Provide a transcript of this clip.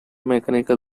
mechanical